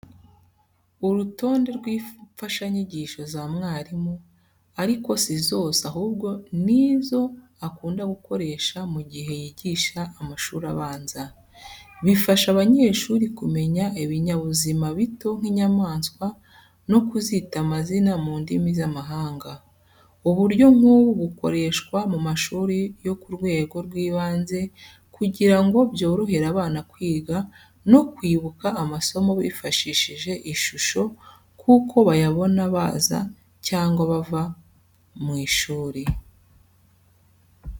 Urutonde rw'imfashanyigisho za mwarimu, ariko si zose ahubwo izi ni izo akunda gukoresha mu gihe yigisha amashuri abanza. Bifasha abanyeshuri kumenya ibinyabuzima bito nk’inyamaswa no kuzita amazina mu ndimi z’amahanga. Uburyo nk’ubu bukoreshwa mu mashuri yo ku rwego rw’ibanze kugira ngo byorohere abana kwiga no kwibuka amasomo bifashishije ishusho kuko bayabona baza cyangwa bava mu ishuri.